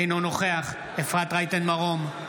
אינו נוכח אפרת רייטן מרום,